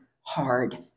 hard